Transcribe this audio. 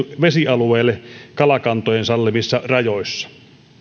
vesialueelle kalakantojen sallimissa rajoissa